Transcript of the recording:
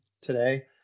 today